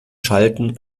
schalten